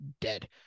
dead